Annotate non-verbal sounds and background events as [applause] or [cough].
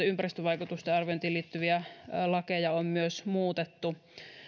[unintelligible] ympäristövaikutusten arviointiin liittyviä lakeja on myös muutettu